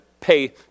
pay